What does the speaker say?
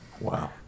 Wow